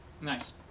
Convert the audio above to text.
Nice